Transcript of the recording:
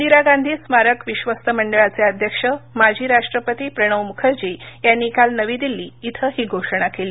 इंदिरा गांधी स्मारक विश्वस्त मंडळाचे अध्यक्ष माजी राष्ट्रपती प्रणव मुखर्जी यांनी काल नवी दिल्ली इथं ही घोषणा केली